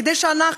כדי שאנחנו,